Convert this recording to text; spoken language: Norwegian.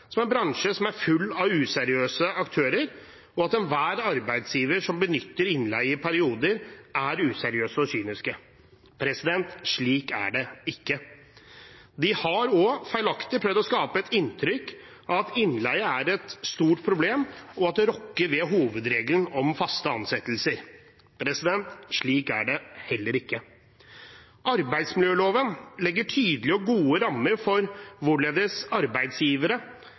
som en bransje som er full av useriøse aktører, og at enhver arbeidsgiver som benytter innleie i perioder, er useriøs og kynisk. Slik er det ikke. De har også feilaktig prøvd å skape et inntrykk av at innleie er et stort problem, og at det rokker ved hovedregelen om faste ansettelser. Slik er det heller ikke. Arbeidsmiljøloven legger tydelige og gode rammer for hvorledes arbeidsgivere,